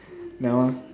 that one